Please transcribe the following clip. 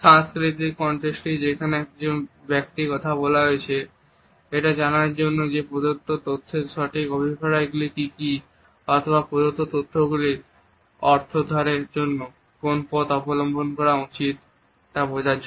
সাংস্কৃতিক কন্টেক্সট যেখানে একজন ব্যক্তি কথা বলছে এটা জানার জন্য যে প্রদত্ত তথ্যের সঠিক অভিপ্রায়গুলি কি কি অথবা প্রদত্ত তথ্য গুলির অর্থোদ্ধারের জন্য কোন পথ অবলম্বন করা উচিত তা বোঝার জন্য